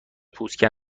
پوست